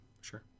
Sure